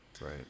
right